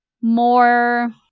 more